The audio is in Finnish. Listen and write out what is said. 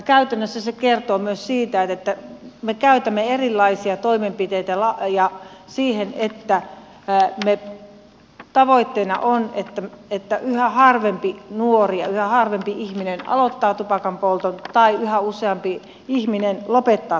käytännössä se kertoo myös siitä että me käytämme erilaisia toimenpiteitä siihen että tavoitteena on että yhä harvempi nuori ja yhä harvempi ihminen aloittaa tupakanpolton tai yhä useampi ihminen lopettaa tupakanpolton